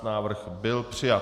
Návrh byl přijat.